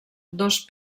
dos